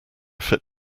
fit